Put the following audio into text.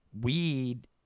weed